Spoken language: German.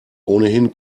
ohnehin